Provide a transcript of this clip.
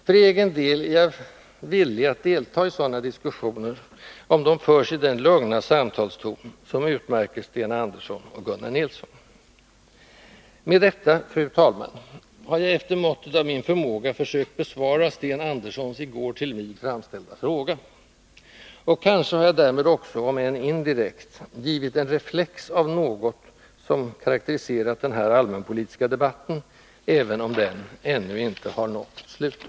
För egen del är jag villig att delta i sådana diskussioner om de förs i den lugna samtalston som utmärker Sten Andersson och Gunnar Nilsson. Med detta, fru talman, har jag efter måttet av min förmåga försökt besvara Sten Anderssons i går till mig framställda fråga. Och kanske har jag därmed också, om än indirekt, givit en reflex av något som karakteriserat den här allmänpolitiska debatten, även om den ännu inte har nått slutet.